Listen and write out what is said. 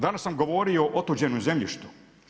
Danas sam govorio o otuđenom zemljištu.